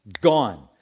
gone